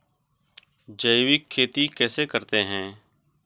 जैविक खेती कैसे करते हैं?